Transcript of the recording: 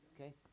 Okay